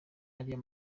ariya